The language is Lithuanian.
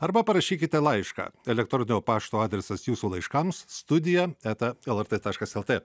arba parašykite laišką elektroninio pašto adresas jūsų laiškams studija eta lrt taškas lt